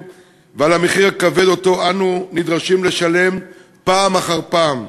ועל המחיר הכבד שאנו נדרשים לשלם פעם אחר פעם.